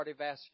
cardiovascular